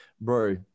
bro